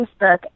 Facebook